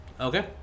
Okay